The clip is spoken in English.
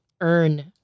earn